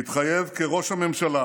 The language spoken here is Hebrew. מתחייב כראש הממשלה